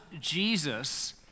Jesus